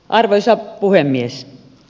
arvoisa puhemies